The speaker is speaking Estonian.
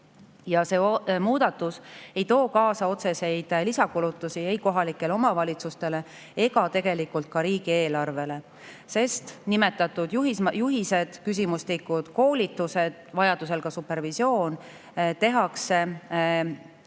See muudatus ei too kaasa otseseid lisakulutusi ei kohalikele omavalitsustele ega tegelikult ka riigieelarvele. Nimetatud juhised, küsimustikud, koolitused, vajadusel ka supervisioon tehakse Euroopa